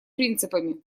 принципами